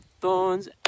thorns